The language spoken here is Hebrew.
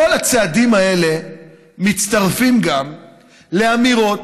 כל הצעדים האלה מצטרפים גם לאמירות,